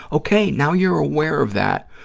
okay, now you're aware of that,